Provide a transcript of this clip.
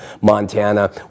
Montana